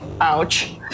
Ouch